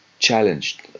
Challenged